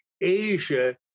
Asia